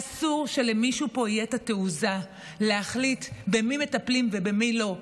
אסור שלמישהו פה תהיה התעוזה להחליט במי מטפלים ובמי לא,